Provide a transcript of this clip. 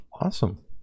awesome